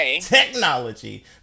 technology